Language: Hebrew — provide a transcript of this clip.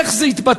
איך זה יתבטא?